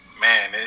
man